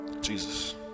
Jesus